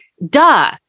Duh